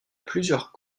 plusieurs